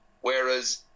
Whereas